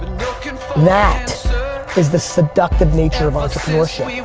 but and that is the seductive nature of entrepreneurship.